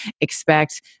expect